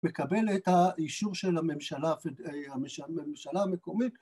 מקבל את האישור של הממשלה הפד... של הממשלה המקומית